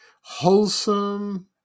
Wholesome